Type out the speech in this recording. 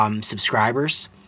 subscribers